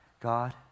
God